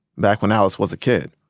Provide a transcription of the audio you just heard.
back when alice was a kid.